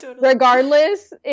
regardless